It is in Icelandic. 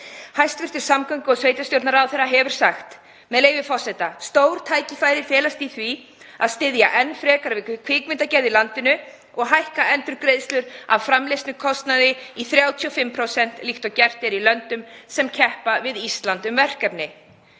Hæstv. samgöngu- og sveitarstjórnarráðherra hefur sagt, með leyfi forseta: „Stór tækifæri felast í því að styðja enn frekar við kvikmyndagerð í landinu og hækka endurgreiðslur af framleiðslukostnaði í 35% líkt og gert er í löndum sem keppa við Ísland um verkefni.“